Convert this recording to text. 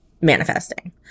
manifesting